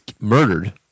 murdered